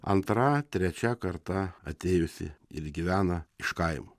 antra trečia karta atėjusi ir gyvena iš kaimo